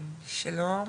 שלום,